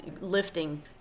lifting